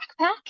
backpack